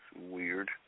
Weird